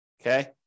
Okay